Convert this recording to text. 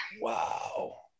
Wow